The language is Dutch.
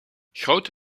grote